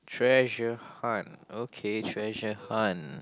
treasure hunt okay treasure hunt